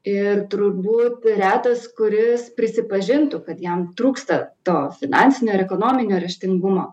ir turbūt retas kuris prisipažintų kad jam trūksta to finansinio ir ekonominio raštingumo